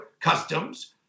customs